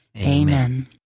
Amen